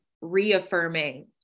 reaffirming